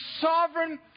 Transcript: sovereign